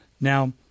Now